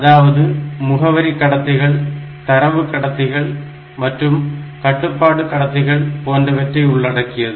அதாவது முகவரி கடத்திகள் தரவு கடத்திகள் மற்றும் கட்டுப்பாட்டு கடத்திகள் போன்றவற்றை உள்ளடக்கியது